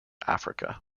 africa